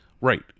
Right